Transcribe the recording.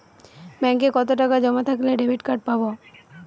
ব্যাঙ্কে কতটাকা জমা থাকলে ডেবিটকার্ড পাব?